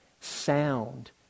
Sound